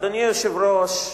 אדוני היושב-ראש,